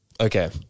Okay